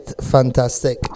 Fantastic